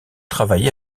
travaillé